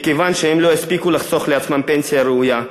מכיוון שהם לא הספיקו לחסוך לעצמם פנסיה ראויה,